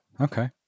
okay